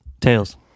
tails